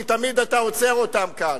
כי תמיד אתה עוצר אותם כאן.